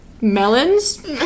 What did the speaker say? melons